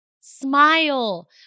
Smile